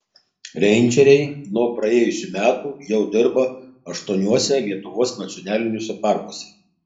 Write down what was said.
reindžeriai nuo praėjusių metų jau dirba aštuoniuose lietuvos nacionaliniuose parkuose